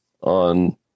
on